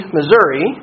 Missouri